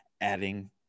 adding